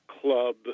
club